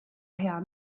hea